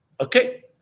Okay